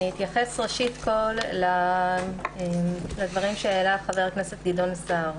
ראשית אתייחס לדברים שהעלה חבר הכנסת גדעון סער.